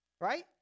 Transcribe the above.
Right